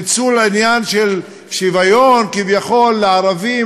ניצול העניין של שוויון כביכול לערבים